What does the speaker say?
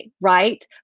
right